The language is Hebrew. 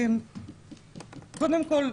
קודם כל,